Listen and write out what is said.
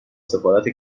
سفارت